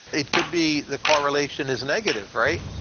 it could be the correlation is negative, right?